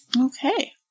Okay